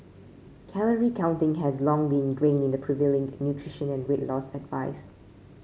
Calorie counting has long been ingrained in the prevailing nutrition and weight loss advice